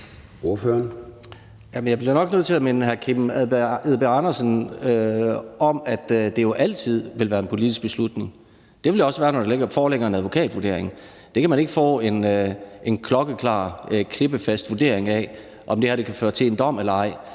Kim Edberg Andersen om, at det jo altid vil være en politisk beslutning. Det vil det også være, når der foreligger en advokatvurdering. Der kan man ikke få en klokkeklar, klippefast vurdering af, om det her kan føre til en dom eller ej.